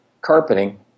carpeting